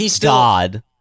God